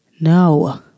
no